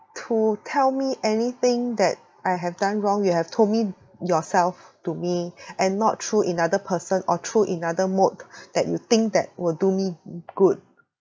to tell me anything that I have done wrong you have told me yourself to me and not through another person or through another mode that you think that will do me good